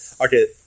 Okay